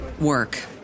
work